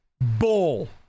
Bull